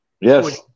Yes